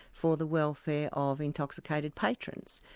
for the welfare of intoxicated patrons.